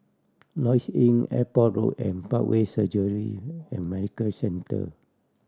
Lloyds Inn Airport Road and Parkway Surgery and Medical Centre